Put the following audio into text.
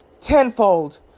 tenfold